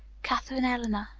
katherine eleanor,